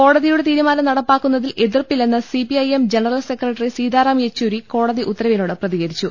കോടതിയുടെ തീരുമാനം നടപ്പാ ക്കുന്നതിൽ എതിർപ്പില്ലെന്ന് CPIM general secretary Sitaram Yechury കോടതി ഉത്തരവിനോട് പ്രതികരിച്ചു